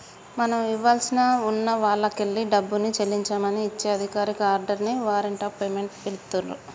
మనం ఇవ్వాల్సి ఉన్న వాల్లకెల్లి డబ్బుని చెల్లించమని ఇచ్చే అధికారిక ఆర్డర్ ని వారెంట్ ఆఫ్ పేమెంట్ పిలుత్తున్రు